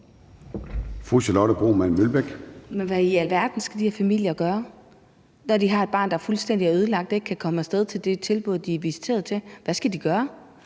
Hvad i alverden skal de her familier gøre, når de har et barn, der er fuldstændig ødelagt, og som ikke kan komme af sted til det tilbud, de er visiteret til? Hvad skal de gøre?